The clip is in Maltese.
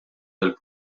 lill